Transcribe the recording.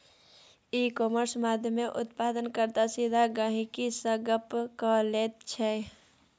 इ कामर्स माध्यमेँ उत्पादन कर्ता सीधा गहिंकी सँ गप्प क लैत छै